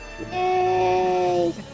Yay